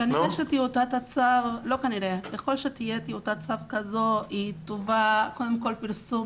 ככל שתהיה טיוטת צו כזה היא קודם כל תפורסם